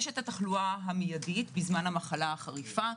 יש התחלואה המיידית בזמן המחלה החריפה.